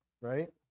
right